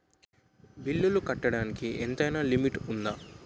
బిల్లులు కట్టడానికి ఎంతైనా లిమిట్ఉందా?